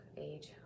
age